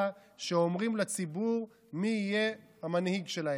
שאומרים לציבור מי יהיה המנהיג שלהם,